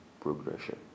progression